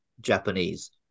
japanese